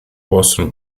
possono